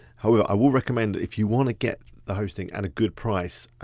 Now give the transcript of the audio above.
however, i will recommend if you wanna get the hosting at a good price,